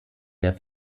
der